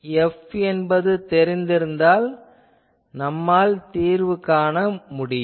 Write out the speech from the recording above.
F என்பது இப்போது தெரிந்திருப்பதால் நம்மால் தீர்வு காண முடியும்